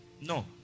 No